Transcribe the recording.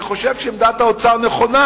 אני חושב שעמדת האוצר נכונה.